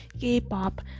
k-pop